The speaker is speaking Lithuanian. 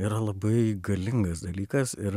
yra labai galingas dalykas ir